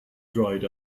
dried